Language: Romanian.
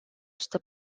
sută